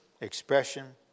expression